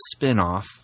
spinoff